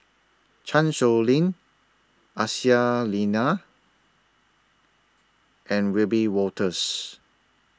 Chan Sow Lin Aisyah Lyana and Wiebe Wolters